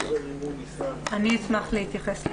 אני אשמח להתייחס לזה.